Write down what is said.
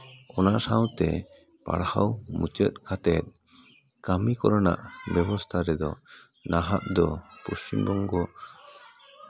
ᱚᱱᱟ ᱥᱟᱶᱛᱮ ᱯᱟᱲᱦᱟᱣ ᱢᱩᱪᱟᱹᱫ ᱠᱟᱛᱮᱜ ᱠᱟᱹᱢᱤ ᱠᱚᱨᱮᱱᱟᱜ ᱵᱮᱵᱚᱥᱛᱷᱟ ᱨᱮᱫᱚ ᱱᱟᱦᱟᱜ ᱫᱚ ᱯᱚᱥᱪᱤᱢ ᱵᱚᱝᱜᱚ